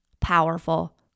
powerful